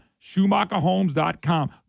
Schumacherhomes.com